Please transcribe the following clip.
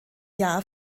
jahr